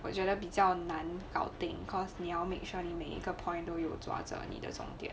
我觉得比较难搞定 cause 你要 make sure 你每一个 point 都有抓着你的重点